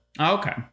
Okay